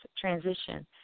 transition